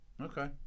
Okay